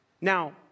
Now